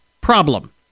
problem